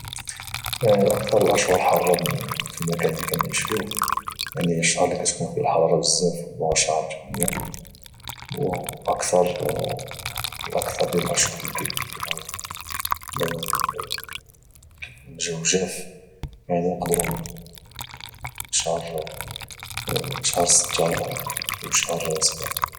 اكثر الاشهر حراره في المكان اللي كانعيش فيه الشهر اللي كاتكون فيه الحراره بزاف هو شهر ثمانيه اكثر ديال الاشهر اللي كايكون فيها اللي كايكون الجو جاف يعني نقدروا نقولوا شهر سته وشهر 7